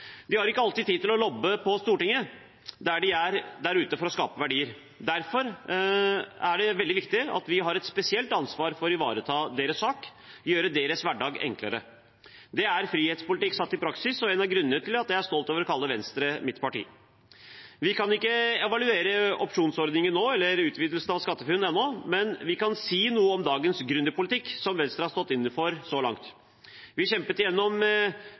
å skape verdier, har de ikke alltid tid til å lobbe på Stortinget. Derfor er det veldig viktig at vi har et spesielt ansvar for å ivareta deres sak – gjøre deres hverdag enklere. Det er frihetspolitikk i praksis og en av grunnene til at jeg er stolt over å kalle Venstre mitt parti. Vi kan ikke evaluere opsjonsordningen nå eller utvidelsen av SkatteFUNN ennå, men vi kan si noe om dagens gründerpolitikk, som Venstre har stått for så langt. Vi kjempet